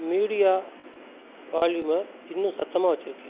media வால்யூமை இன்னும் சத்தமாக வைச்சுருக்கேன்